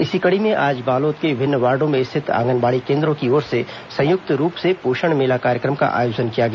इसी कड़ी में आज बालोद के विभिन्न वार्डो में स्थित आंगनबाड़ी केन्द्रों की ओर से संयुक्त रूप से पोषण मेला कार्यक्रम का आयोजन किया गया